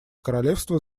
королевства